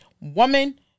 woman